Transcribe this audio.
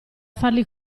fargli